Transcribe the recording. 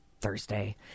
Thursday